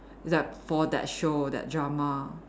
it's like for that show that drama